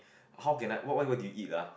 how can I what what do you eat ah